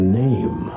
name